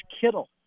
Kittle